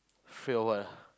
fear of what ah